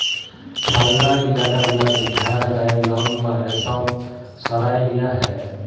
ঠাল্ডা ইলাকা গুলাতে ভেড়ার গায়ের লম বা রেশম সরাঁয় লিয়া হ্যয়